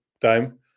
time